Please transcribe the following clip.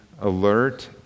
alert